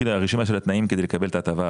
הרשימה של התנאים כדי לקבל את ההטבה,